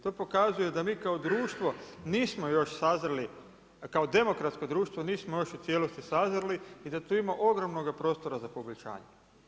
To pokazuje da mi kao društvo nismo još sazreli, kao demokratsko društvo nismo još u cijelosti sazreli i da tu ima ogromnoga prostora za poboljšanje.